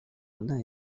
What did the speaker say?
other